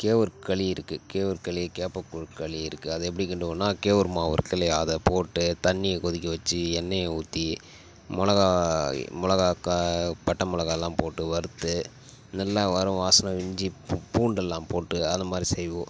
கேவுரு களி இருக்கு கேவுரு களி கேப்பக்கூழ் களி இருக்கு அது எப்படி கிண்டுவோன்னா கேவுரு மாவு இருக்கு இல்லையா அதை போட்டு தண்ணியை கொதிக்க வச்சு எண்ணெயை ஊற்றி மிளகா மிளகா கா பட்டை மிளகாலாம் போட்டு வறுத்து நல்லா வரும் வாசன இஞ்சி பூ பூண்டுலாம் போட்டு அத மாரி செய்வோம்